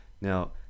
Now